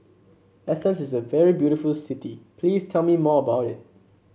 Athens is a very beautiful city please tell me more about it